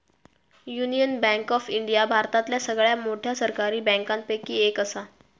union bank of India भारतातल्या सगळ्यात मोठ्या सरकारी बँकांपैकी एक असा